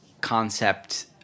concept